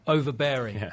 overbearing